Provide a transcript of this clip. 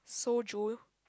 soju